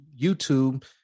YouTube